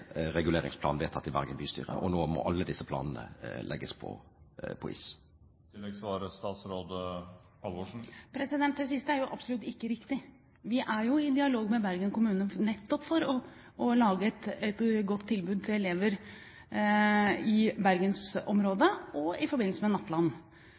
reguleringsplanen vedtatt i Bergen bystyre, og nå må alle disse planene legges på is. Det siste er jo absolutt ikke riktig. Vi er i dialog med Bergen kommune nettopp for å lage et godt tilbud til elever i